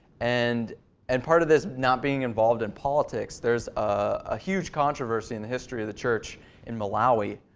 and and part of this not being involved in politics, there is a huge controversy in the history of the church in malawi.